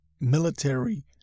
military